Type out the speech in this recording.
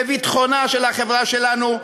לביטחונה של החברה שלנו,